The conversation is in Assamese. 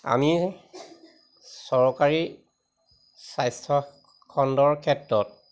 আমি চৰকাৰী স্বাস্থ্য খণ্ডৰ ক্ষেত্ৰত